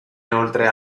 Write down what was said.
inoltre